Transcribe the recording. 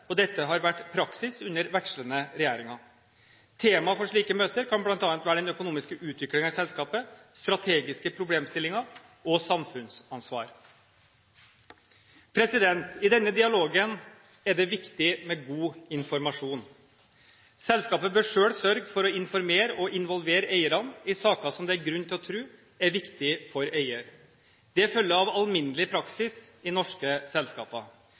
og dette har vært praksis under vekslende regjeringer. Tema for slike møter kan bl.a. være den økonomiske utviklingen i selskapet, strategiske problemstillinger og samfunnsansvar. I denne dialogen er det viktig med god informasjon. Selskapet bør selv sørge for å informere og involvere eierne i saker som det er grunn til å tro er viktige for eier. Dette følger av alminnelig praksis i norske selskaper.